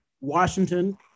Washington